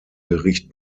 gericht